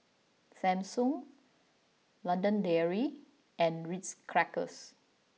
Samsung London Dairy and Ritz Crackers